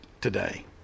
today